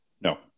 No